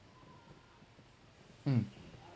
mm